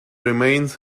remains